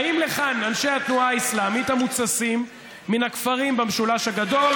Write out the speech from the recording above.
באים לכאן אנשי התנועה האסלאמית המותססים מן הכפרים במשולש הגדול,